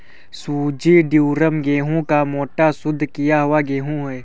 सूजी ड्यूरम गेहूं का मोटा, शुद्ध किया हुआ गेहूं है